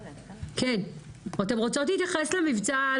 כן, אתן רוצות להתייחס למבצע?